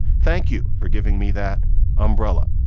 thank you for giving me that umbrella.